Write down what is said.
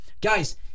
Guys